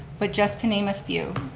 but just to name a few,